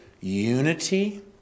unity